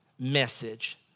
message